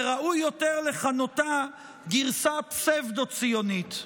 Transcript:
וראוי יותר לכנותה גרסה פסבדו-ציונית.